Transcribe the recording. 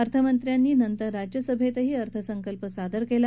अर्थमंत्र्यांनी राज्यसभेतही अर्थसंकल्प सादर केला